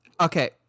okay